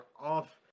off